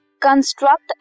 construct